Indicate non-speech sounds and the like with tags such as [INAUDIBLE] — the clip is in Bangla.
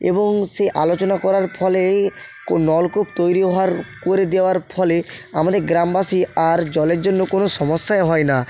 এবং সেই আলোচনা করার ফলে ক [UNINTELLIGIBLE] নলকূপ তৈরি হওয়ার করে দেওয়ার ফলে আমাদের গ্রামবাসী আর জলের জন্য কোনো সমস্যাই হয় না